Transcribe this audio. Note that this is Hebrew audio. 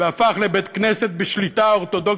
והפך לבית-כנסת בשליטה אורתודוקסית,